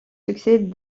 succès